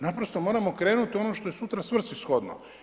Naprosto moramo krenuti ono što je sutra svrsi shodno.